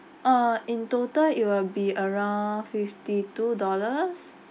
uh in total it will be around fifty two dollars